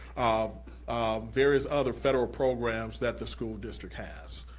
um um various other federal programs that the school district has.